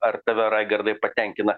ar tave raigardai patenkina